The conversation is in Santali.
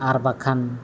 ᱟᱨ ᱵᱟᱠᱷᱟᱱ